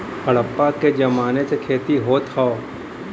हड़प्पा के जमाने से खेती होत हौ